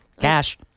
Cash